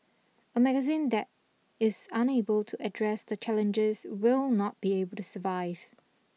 a magazine that is unable to address the challenges will not be able to survive